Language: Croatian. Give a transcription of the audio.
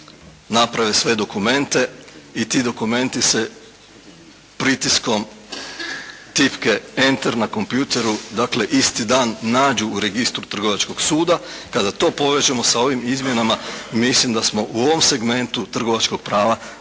naprave sve dokumente i ti dokumenti se pritiskom tipke "enter" na kompjuteru, dakle isti dan nađu u registru trgovačkog suda, kada to povežemo sa ovim izmjenama, mislim da smo u ovom segmentu trgovačkog prava zaista